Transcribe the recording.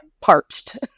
parched